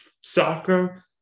soccer